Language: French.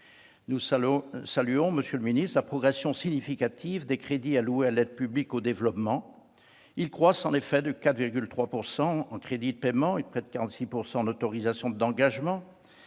nous saluons la progression significative des fonds alloués à l'aide publique au développement. Ils croissent en effet de 4,3 % en crédits de paiement et de près de 46 % en autorisations d'engagement,